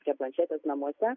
prie planšetės namuose